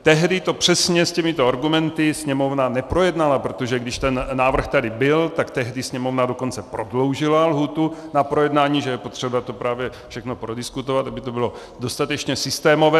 Tehdy to přesně s těmito argumenty Sněmovna neprojednala, protože když ten návrh tady byl, tak tehdy Sněmovna dokonce prodloužila lhůtu na projednání, že je potřeba to právě všechno prodiskutovat, aby to bylo dostatečně systémové.